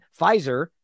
Pfizer